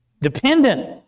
Dependent